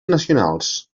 nacionals